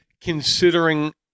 considering